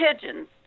pigeons